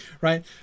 right